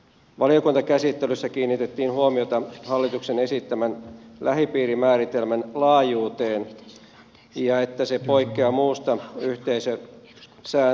valiokuntakäsittelyssä kiinnitettiin huomiota hallituksen esittämän lähipiirimääritelmän laajuuteen ja siihen että se poikkeaa muusta yhteisösääntelystä